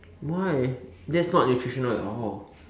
why that's not nutritional at all